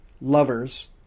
lovers